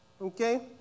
Okay